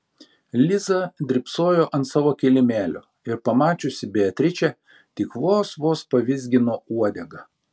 liza drybsojo ant savo kilimėlio ir pamačiusi beatričę tik vos vos pavizgino uodegą